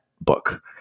book